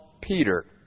Peter